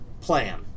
plan